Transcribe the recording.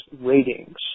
ratings